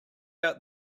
out